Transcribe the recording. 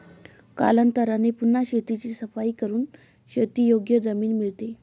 कालांतराने पुन्हा शेताची सफाई करून शेतीयोग्य जमीन मिळते